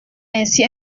ainsi